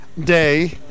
day